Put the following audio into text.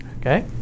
okay